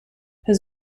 his